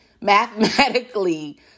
mathematically